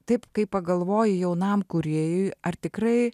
taip kai pagalvoji jaunam kūrėjui ar tikrai